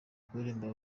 kuririmba